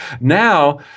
Now